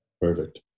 Perfect